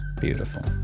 Beautiful